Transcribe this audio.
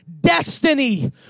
destiny